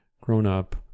grown-up